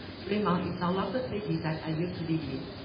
fremont is no longer a city that i used to live in,